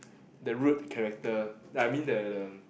the root character that I mean the the